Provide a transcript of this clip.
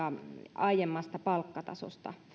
aiemmasta palkkatasosta